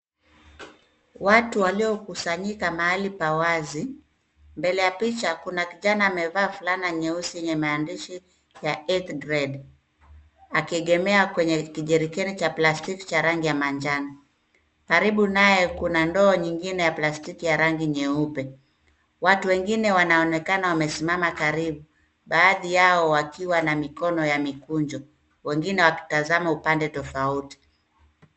Watu waliokusanyika mahali pa wazi. Mbele ya picha kuna kijana amevaa fulana nyeusi yenye maandishi ya eighth grade akiegemea kwenye kijerikani cha plastiki cha rangi ya manjano. Karibu naye kuna ndoo nyingine ya plastiki ya rangi nyeupe. Watu wengine wanaonekana wamesimama karibu, baadhi yao wakiwa na mikono ya mikunjo, wengine wakitazama upande tofauti.